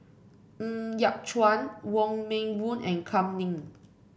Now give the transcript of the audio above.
Ng Yat Chuan Wong Meng Voon and Kam Ning